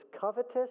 covetous